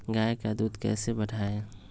गाय का दूध कैसे बढ़ाये?